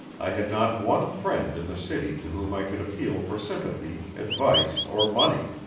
i had not one friend in the city to whom i could appeal for sympathy, advice or money.